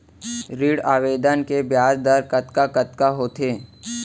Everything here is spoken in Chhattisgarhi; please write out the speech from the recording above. ऋण आवेदन के ब्याज दर कतका कतका होथे?